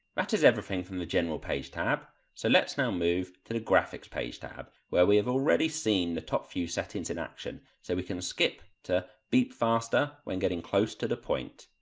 that is everything from the general page tab, so let us now move to the graphics page tab, where we have already seen the top few settings in action, so we can skip to beep faster when getting close to the point.